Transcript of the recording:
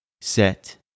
set